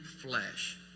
flesh